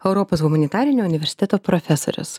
europos humanitarinio universiteto profesorius